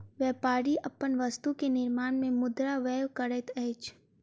व्यापारी अपन वस्तु के निर्माण में मुद्रा व्यय करैत अछि